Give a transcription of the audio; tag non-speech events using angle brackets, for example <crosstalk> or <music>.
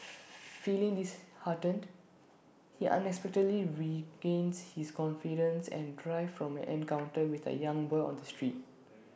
<noise> <noise> feeling disheartened he unexpectedly regains his confidence and drive from an encounter with A young boy on the street